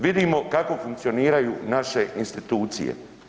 Vidimo kako funkcioniraju naše institucije.